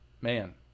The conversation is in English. man